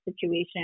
situation